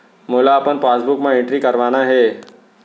मोला अपन पासबुक म एंट्री करवाना हे?